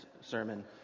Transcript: sermon